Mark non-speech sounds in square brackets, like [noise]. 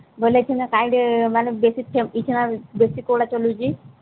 ବୋଲେ ଏଇଖିନା [unintelligible] ମାନେ ବେଶୀ ଏଇ ଖିନାର୍ ବେଶୀ କୋଉଟା ଚାଲୁଛି